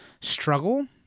struggle